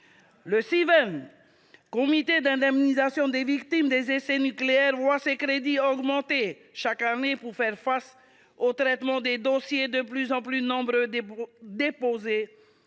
Le comité d’indemnisation des victimes des essais nucléaires (Civen) voit ses crédits augmenter chaque année pour faire face au traitement des dossiers, de plus en plus nombreux, déposés